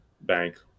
bank